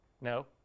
No